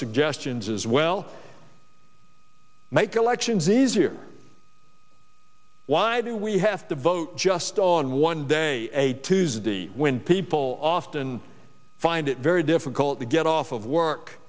suggestions as well make elections easier why do we have to vote just on one day a tuesday when people often find it very difficult to get off of work